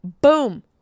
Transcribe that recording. Boom